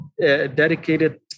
dedicated